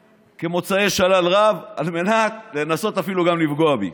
כמוצאי שלל רב על מנת לנסות אפילו לפגוע בי.